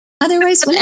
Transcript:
Otherwise